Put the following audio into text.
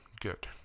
Good